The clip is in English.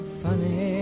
funny